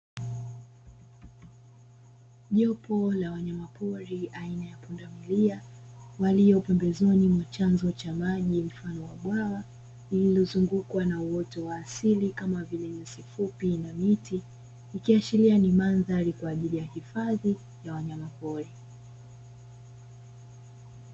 Jopo la wanyama pori aina ya pundamilia, walio pembezoni mwa chanzo cha maji mfano wa bwawa lililozungukwa na uoto wa asili, kama vile nyasi fupi na miti, ikiashiria ni mandhari kwa ajili ya hifadhi ya wanyama pori.